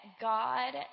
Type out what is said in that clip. God